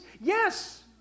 Yes